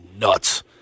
nuts